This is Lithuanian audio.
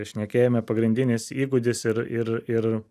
šnekėjome pagrindinis įgūdis ir ir ir